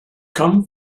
come